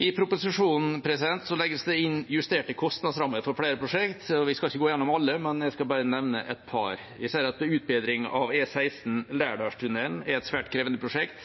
I proposisjonen legges det inn justerte kostnadsrammer for flere prosjekt. Jeg skal ikke gå igjennom alle, bare nevne et par. Jeg ser at utbedring av E16 Lærdalstunnelen er et svært krevende prosjekt,